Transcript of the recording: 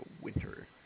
Winter